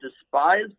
despise